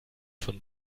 von